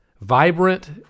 vibrant